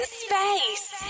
space